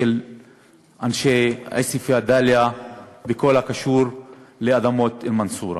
של אנשי עוספיא-דאליה בכל הקשור לאדמות מנסורה.